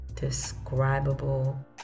Describable